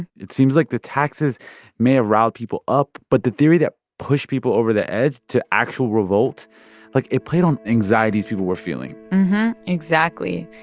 it seems like the taxes may have riled people up. but the theory that pushed people over the edge to actual revolt like, it played on anxieties people were feeling exactly.